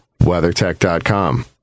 WeatherTech.com